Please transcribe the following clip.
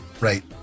right